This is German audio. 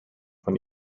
von